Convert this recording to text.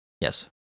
Yes